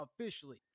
officially